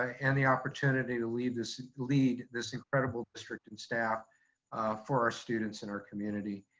and the opportunity to lead this lead this incredible district and staff for our students and our community.